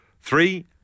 Three